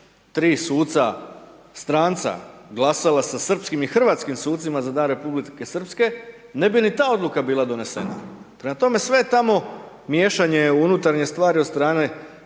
tri suca stranca glasala sa srpskim i hrvatskim sucima za Dan Republike Srpske ne bi li ta odluka bila donesena? Prema tome, sve je tamo miješanje u unutarnje stvari od strane